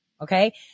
Okay